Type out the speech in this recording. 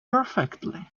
perfectly